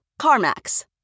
CarMax